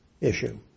issue